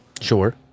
Sure